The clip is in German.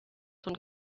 von